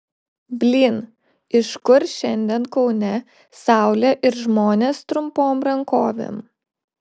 blyn iš kur šiandien kaune saulė ir žmonės trumpom rankovėm